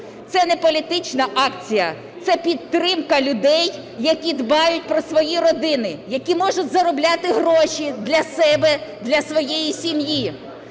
Це не політична акція. Це підтримка людей, які дбають про свої родини, які можуть заробляти гроші для себе, для своєї сім'ї,